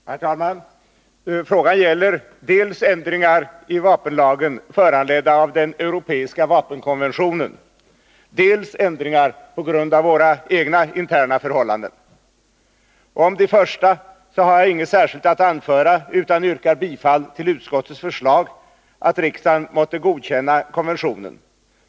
Herr talman! Frågan gäller dels ändringar i vapenlagen föranledda av den europeiska vapenkonventionen, dels ändringar på grund av våra egna interna förhållanden. Om de första har jag inget särskilt att anföra utan yrkar bifall till utskottets förslag, att riksdagen måtte godkänna konventionen.